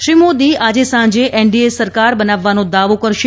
શ્રી મોદી આજે સાંજે એનડીએ સરકાર બનાવવાનો દાવો કરશે